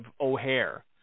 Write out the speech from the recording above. O'Hare